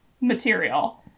material